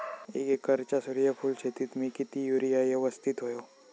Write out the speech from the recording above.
एक एकरच्या सूर्यफुल शेतीत मी किती युरिया यवस्तित व्हयो?